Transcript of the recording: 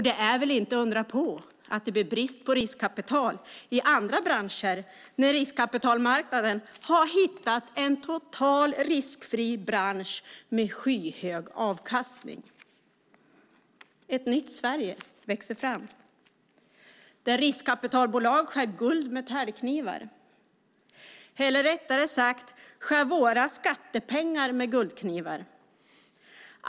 Det är inte undra på att det blir brist på riskkapital i andra branscher när riskkapitalmarknaden har hittat en totalt riskfri bransch med skyhög avkastning. Ett nytt Sverige växer fram där riskkapitalbolag skär guld med täljkniv - eller rättare sagt skär våra skattepengar med guldkniv.